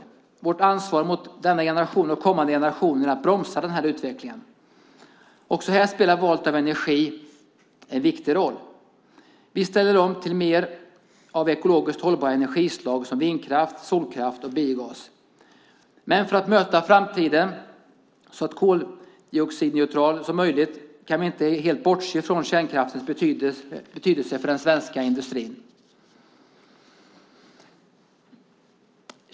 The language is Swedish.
Det är vårt ansvar mot denna generation och kommande generationer att bromsa denna utveckling. Också här spelar valet av energi en viktig roll. Vi ställer om till mer av ekologiskt hållbara energislag som vindkraft, solkraft och biogas. Men för att möta en så koldioxidneutral framtid som möjligt kan vi inte helt bortse från kärnkraftens betydelse för den svenska industrin.